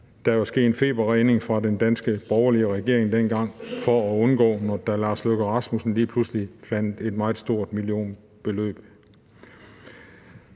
der jo ske en feberredning fra den danske borgerlige regerings side dengang for at undgå det, hvor Lars Løkke Rasmussen lige pludselig fandt et meget stort millionbeløb.